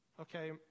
Okay